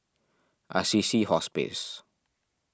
Assisi Hospice